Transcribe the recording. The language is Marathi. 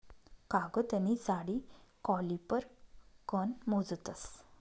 कागदनी जाडी कॉलिपर कन मोजतस